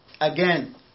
Again